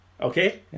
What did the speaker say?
Okay